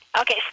Okay